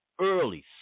early